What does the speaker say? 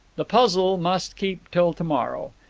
the puzzle must keep till to-morrow.